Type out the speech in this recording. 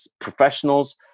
professionals